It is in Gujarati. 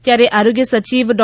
ત્યારે આરોગ્ય સચિવ ડૉ